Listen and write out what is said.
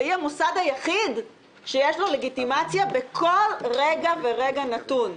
והיא המוסד היחיד שיש לו לגיטימציה בכל רגע ורגע נתון.